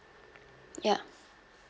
ya